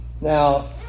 Now